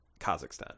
Kazakhstan